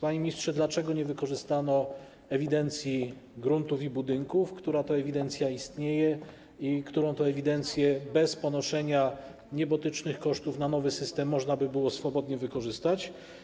Panie ministrze, dlaczego nie wykorzystano ewidencji gruntów i budynków, która to ewidencja istnieje i którą to ewidencję bez ponoszenia niebotycznych kosztów na nowy system można by było swobodnie wykorzystać?